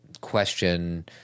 question